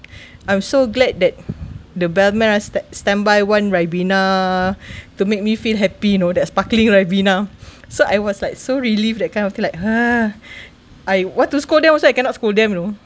I'm so glad that the bellman are st~ standby one Ribena to make me feel happy you know that sparkling Ribena so I was like so relieved that kind of thing like I want to scold them also I cannot scold them you know